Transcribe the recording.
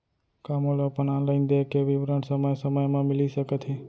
का मोला अपन ऑनलाइन देय के विवरण समय समय म मिलिस सकत हे?